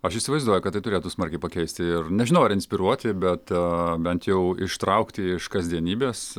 aš įsivaizduoju kad tai turėtų smarkiai pakeisti ir nežinau ar inspiruoti bet bent jau ištraukti iš kasdienybės